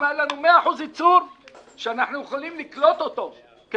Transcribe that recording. אם היה לנו 100% ייצור שאנחנו יכולים לקלוט אותו כצרכנים,